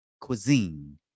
cuisine